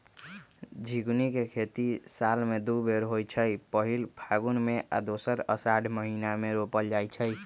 झिगुनी के खेती साल में दू बेर होइ छइ पहिल फगुन में आऽ दोसर असाढ़ महिना मे रोपल जाइ छइ